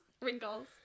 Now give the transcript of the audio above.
wrinkles